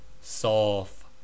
soft